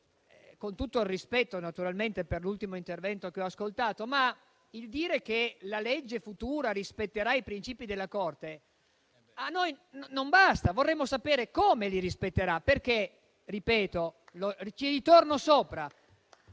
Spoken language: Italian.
con tutto il rispetto naturalmente per l'ultimo intervento che ho ascoltato, dire che la legge futura rispetterà i principi della Corte a noi non basta. Vorremmo sapere come li rispetterà. Ripeto e ci ritorno sopra